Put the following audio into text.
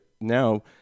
now